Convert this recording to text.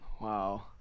Wow